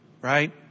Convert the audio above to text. right